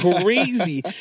crazy